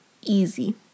easy